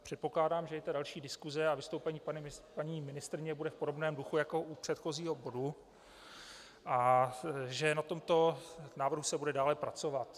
Předpokládám, že i další diskuse a vystoupení paní ministryně bude v podobném duchu jako u předchozího bodu a že na tomto návrhu se bude dále pracovat.